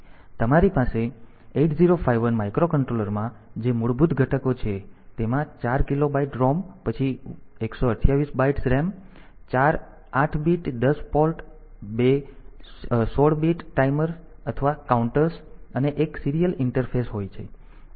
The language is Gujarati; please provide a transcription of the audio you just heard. તમારી પાસે 8051 માઇક્રોકન્ટ્રોલરમાં જે મૂળભૂત ઘટકો છે તેમાં 4 કિલોબાઇટ ROM પછી 128 bytes RAM ચાર 8 bit IO પોર્ટ બે 16 bit ટાઈમર અથવા કાઉન્ટર્સ અને એક સીરીયલ ઈન્ટરફેસ હોય છે